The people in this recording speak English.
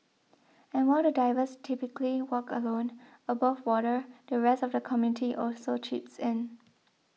and while the divers typically work alone above water the rest of the community also chips in